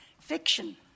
Fiction